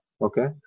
Okay